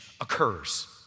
occurs